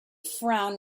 frown